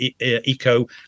eco